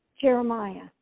Jeremiah